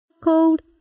cold